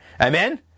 Amen